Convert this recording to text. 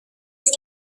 ist